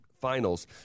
Finals